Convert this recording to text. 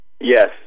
Yes